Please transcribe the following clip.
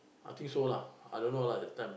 I think so lah I don't know lah that time